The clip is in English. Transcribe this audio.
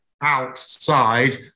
outside